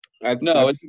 no